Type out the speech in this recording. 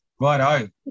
right